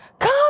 Come